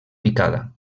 picada